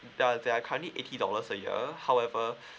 they're they're currently eighty dollars a year however